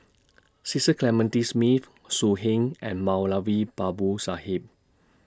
Cecil Clementi Smith So Heng and Moulavi Babu Sahib